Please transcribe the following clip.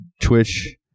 Twitch